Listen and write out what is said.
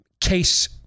case